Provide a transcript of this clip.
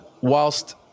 whilst